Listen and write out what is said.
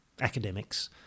academics